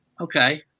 Okay